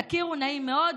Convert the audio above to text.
תכירו, נעים מאוד,